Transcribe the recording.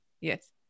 Yes